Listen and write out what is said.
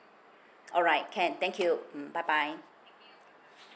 alright can thank you mm bye bye